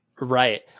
Right